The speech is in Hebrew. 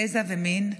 גזע ומין,